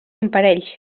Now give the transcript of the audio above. imparells